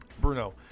Bruno